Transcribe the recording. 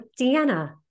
Deanna